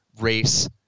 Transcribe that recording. race